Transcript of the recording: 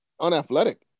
unathletic